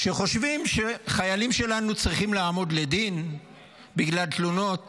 שחושבים שחיילים שלנו צריכים לעמוד לדין בגלל תלונות